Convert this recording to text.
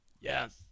Yes